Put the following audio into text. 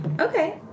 Okay